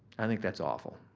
i think that's awful,